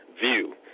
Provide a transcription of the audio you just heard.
view